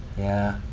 yeah.